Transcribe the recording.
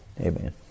Amen